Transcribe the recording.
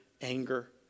anger